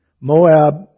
Moab